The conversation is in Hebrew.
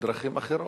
בדרכים אחרות.